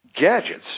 gadgets